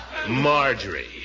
Marjorie